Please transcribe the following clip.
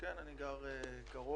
כן, אני גר קרוב.